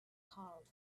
calmed